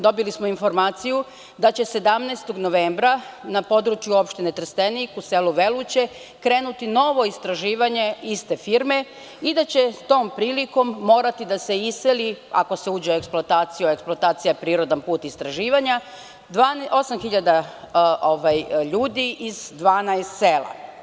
Dobili smo informaciju da će 17. novembra na području Opštine Trstenik, u selu Veluće krenuti novo istraživanje iste firme i da će tom prilikom morati da se iseli, ukoliko se uđe u eksploataciju, a eksploatacija je prirodan put istraživanja, 8000 hiljada ljudi iz 12 sela.